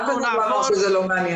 אף אחד לא אמר שזה לא מעניין.